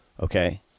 Okay